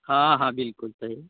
हँ हँ बिल्कुल सही